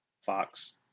Fox